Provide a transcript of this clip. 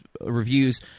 reviews